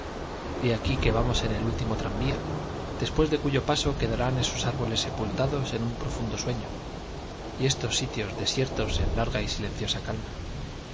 pensaba he aquí que vamos en el último tranvía después de cuyo paso quedarán esos árboles sepultados en un profundo sueño y estos sitios desiertos en larga y silenciosa calma